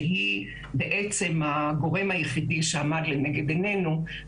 שהיא בעצם הגורם היחיד שעמד לנגד עינינו,